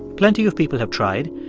plenty of people have tried.